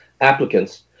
applicants